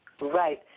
Right